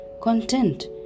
content